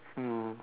mm